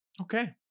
okay